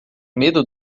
medo